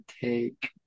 take